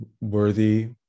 worthy